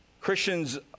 Christians